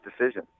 decision